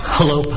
Hello